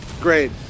Great